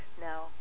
Now